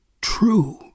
true